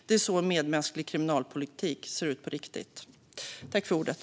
Det är så en medmänsklig kriminalpolitik ser ut på riktigt.